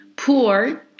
Poor